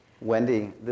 Wendy